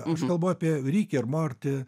aš kalbu apie rikį ir mortį